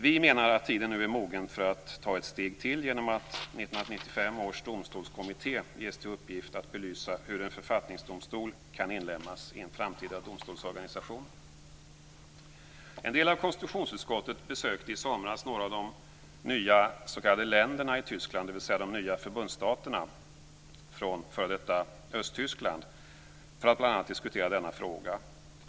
Vi menar att tiden är mogen för att ta ett steg till genom att 1995 års domstolskommitté ges till uppgift att belysa hur en författningsdomstol kan inlemmas i en framtida domstolsorganisation. En del av konstitutionsutskottet besökte i somras några av de nya s.k. länderna i Tyskland, dvs. de nya förbundsstaterna från f.d. Östtyskland, för att bl.a. diskutera denna fråga.